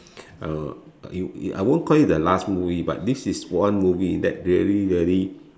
uh you you I won't call it the last movie but this is one movie that really really